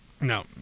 No